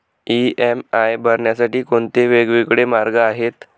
EMI भरण्यासाठी कोणते वेगवेगळे मार्ग आहेत?